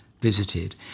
visited